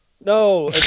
no